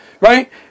Right